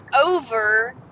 over